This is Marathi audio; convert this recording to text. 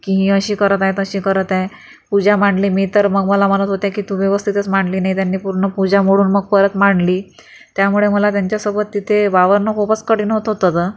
की ही अशी करताय तशी करताय पूजा मांडले मी तर मग मला म्हणत होत्या की तू व्यवस्थितच मांडली नाही त्यांनी पूर्ण पूजा मोडून मग परत मांडली त्यामुळे मला त्यांच्यासोबत तिथे वावरणं खूपच कठीण होत होतं